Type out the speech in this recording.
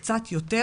של קצת יותר,